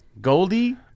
Goldie